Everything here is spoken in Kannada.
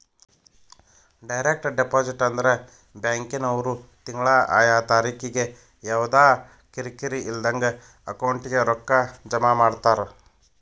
ಡೈರೆಕ್ಟ್ ಡೆಪಾಸಿಟ್ ಅಂದ್ರ ಬ್ಯಾಂಕಿನ್ವ್ರು ತಿಂಗ್ಳಾ ಆಯಾ ತಾರಿಕಿಗೆ ಯವ್ದಾ ಕಿರಿಕಿರಿ ಇಲ್ದಂಗ ಅಕೌಂಟಿಗೆ ರೊಕ್ಕಾ ಜಮಾ ಮಾಡ್ತಾರ